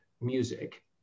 music